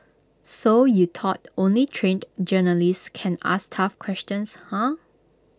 so you thought only trained journalists can ask tough questions huh